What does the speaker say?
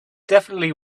definitely